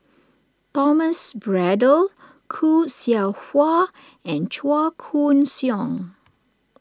Thomas Braddell Khoo Seow Hwa and Chua Koon Siong